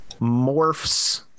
morphs